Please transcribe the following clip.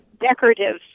decorative